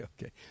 okay